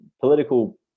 political